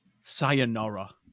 sayonara